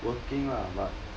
working lah but